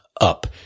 up